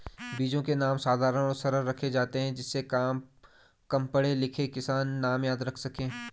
बीजों के नाम साधारण और सरल रखे जाते हैं जिससे कम पढ़े लिखे किसान नाम याद रख सके